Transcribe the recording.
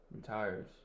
retires